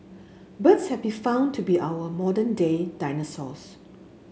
birds have been found to be our modern day dinosaurs